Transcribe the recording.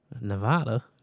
Nevada